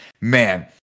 man